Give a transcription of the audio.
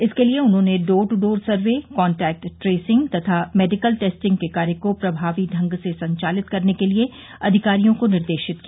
इसके लिये उन्होंने door to door survey contact tracing तथा मेडिकल टेस्टिंग के कार्य को प्रभावी ढंग से संचालित करने के लिये अधिकारियों को निर्देशित किया